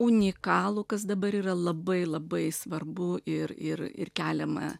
unikalų kas dabar yra labai labai svarbu ir ir ir keliamą